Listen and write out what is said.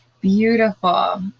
Beautiful